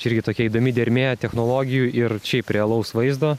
čia irgi tokia įdomi dermė technologijų ir šiaip realaus vaizdo